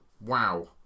Wow